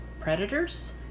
predators